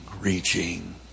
reaching